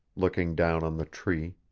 looking down on the tree.